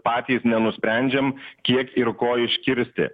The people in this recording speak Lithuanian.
patys nenusprendžiam kiek ir ko iškirsti